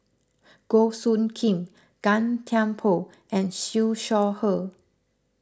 Goh Soo Khim Gan Thiam Poh and Siew Shaw Her